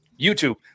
YouTube